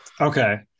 Okay